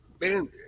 man